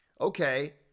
Okay